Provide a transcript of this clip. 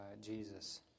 Jesus